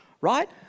right